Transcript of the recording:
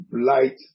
light